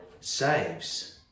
saves